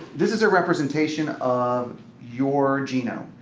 this is a representation of your genome.